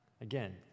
Again